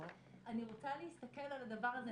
אני רוצה להסתכל על הדבר הזה,